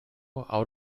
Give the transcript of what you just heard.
out